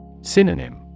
Synonym